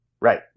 Right